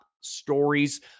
stories